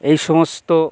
এই সমস্ত